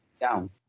Down